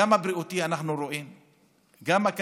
גם הבריאותי,